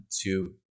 two